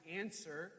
answer